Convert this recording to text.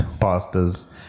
pastors